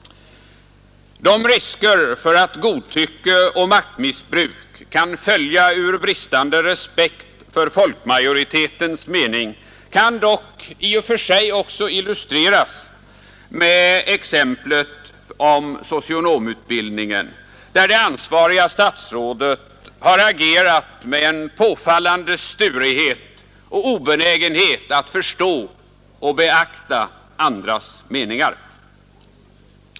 Riskerna för att godtycke och maktmissbruk skall följa ur en bristande respekt för folkmajoritetens mening kan också illustreras med exemplet från socionomutbildningen, där det ansvariga statsrådet har agerat med en påfallande sturighet och obenägenhet att förstå och beakta andras meningar.